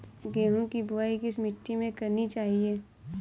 गेहूँ की बुवाई किस मिट्टी में करनी चाहिए?